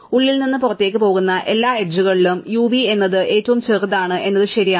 അതിനാൽ ഉള്ളിൽ നിന്ന് പുറത്തേക്ക് പോകുന്ന എല്ലാ എഡ്ജുകളിലും u v എന്നത് ഏറ്റവും ചെറുതാണ് എന്നത് ശരിയാണ്